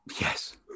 Yes